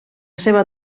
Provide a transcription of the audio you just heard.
seva